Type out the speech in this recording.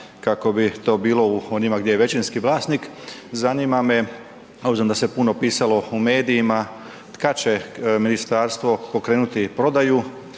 kako bi to bilo u onima gdje je većinski vlasnik, zanima me, obzirom da se puno pisalo u medijima kad će ministarstvo pokrenuti prodaju